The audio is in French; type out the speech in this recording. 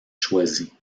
choisi